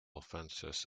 offenses